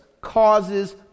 causes